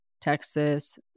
Texas